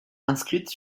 inscrite